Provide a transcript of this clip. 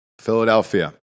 Philadelphia